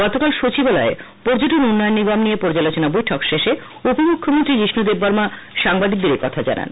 গতকাল সচিবালয়ে পর্যটন উন্নয়ন নিগম নিয়ে পর্যালোচনা বৈঠক শেষে উপমুখ্যমন্ত্রী যিষ্ণু দেববর্মা সাংবাদিকদের একখা জানান